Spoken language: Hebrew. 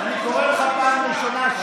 אני קורא לך פעם ראשונה.